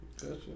Gotcha